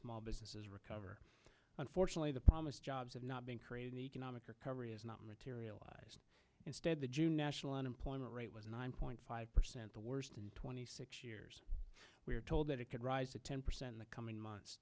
small businesses recover unfortunately the promised jobs have not been created an economic recovery has not materialized instead the jew national unemployment rate was nine point five percent the worst in twenty six years we were told that it could rise to ten percent in the coming months